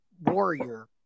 warrior